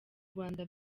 rwanda